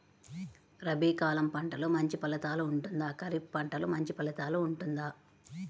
రబీ కాలం పంటలు మంచి ఫలితాలు ఉంటుందా? ఖరీఫ్ పంటలు మంచి ఫలితాలు ఉంటుందా?